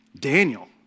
Daniel